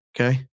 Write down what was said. Okay